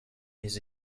les